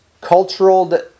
cultural